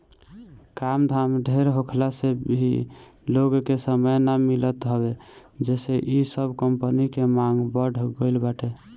काम धाम ढेर होखला से भी लोग के समय ना मिलत हवे जेसे इ सब कंपनी के मांग बढ़ गईल बाटे